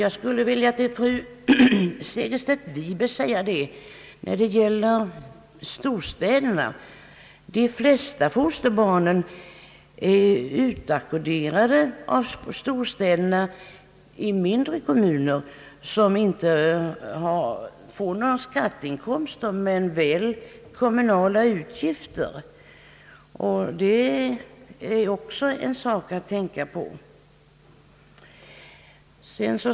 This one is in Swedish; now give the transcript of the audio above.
Beträffande fosterbarn från storstäderna skulle jag vilja säga till fru Segerstedt Wiberg, att de flesta av dem är utackorderade i mindre kommuner, som inte får några skatteinkomster men väl utgifter för dessa barn. Det är också en sak att tänka på.